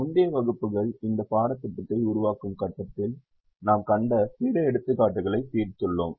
முந்தைய வகுப்புகள் இந்த பாடத்திட்டத்தை உருவாக்கும் கட்டத்தில் நாம் கண்ட பிற எடுத்துக்காட்டுகளைத் தீர்த்துள்ளோம்